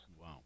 Wow